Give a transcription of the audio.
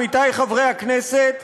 עמיתי חברי הכנסת,